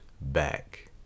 back